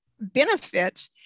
benefit